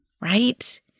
right